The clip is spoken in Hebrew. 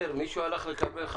הם לא נשלטים.